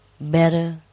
better